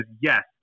yes